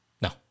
No